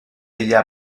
ella